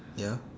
ya